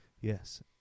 Yes